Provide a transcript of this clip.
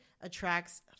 attracts